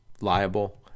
liable